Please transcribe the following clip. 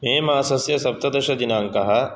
मे मासस्य सप्तदशदिनाङ्कः